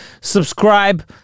Subscribe